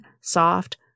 soft